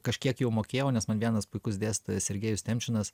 kažkiek jau mokėjau nes man vienas puikus dėstytojas sergejus temčinas